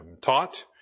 taught